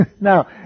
Now